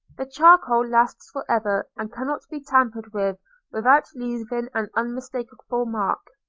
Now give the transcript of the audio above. the charcoal lasts for ever, and cannot be tampered with without leaving an unmistakable mark.